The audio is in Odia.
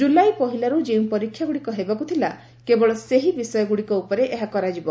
ଜୁଲାଇ ପହିଲାରୁ ଯେଉଁ ପରୀକ୍ଷାଗୁଡ଼ିକ ହେବାକୁ ଥିଲା କେବଳ ସେହି ବିଷୟ ଗୁଡ଼ିକ ଉପରେ ଏହା କରାଯିବ